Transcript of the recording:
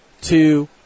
two